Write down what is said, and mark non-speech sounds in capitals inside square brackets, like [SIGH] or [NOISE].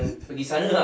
[LAUGHS]